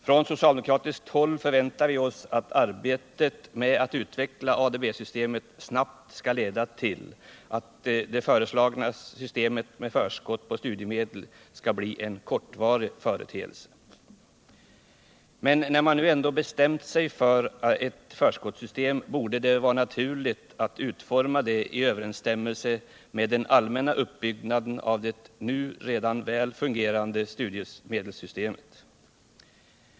Från socialdemokratiskt håll förväntar vi oss att arbetet med att utveckla ADB-systemet snabbt skall leda till att det föreslagna systemet med förskott på studiemedel skall bli en kortvarig företeelse. Men när man nu ändå bestämt sig för ett förskottssystem, borde det ha varit naturligt att utforma det i överensstämmelse med den allmänna uppbyggnaden av det nuvarande, väl fungerande studiemedelssystemet.